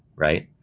right?